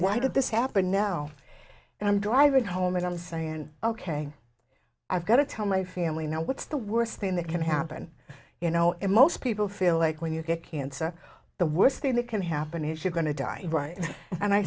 why did this happen oh and i'm driving home and i'm saying ok i've got to tell my family now what's the worst thing that can happen you know and most people feel like when you get cancer the worst thing that can happen is you're going to die right and i